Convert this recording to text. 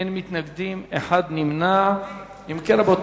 אין מתנגדים, נמנע אחד.